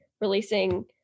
releasing